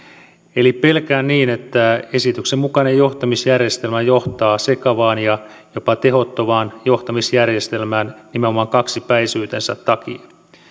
eli pelkään että esityksen mukainen johtamisjärjestelmä johtaa sekavaan ja jopa tehottomaan johtamisjärjestelmään nimenomaan kaksipäisyytensä takia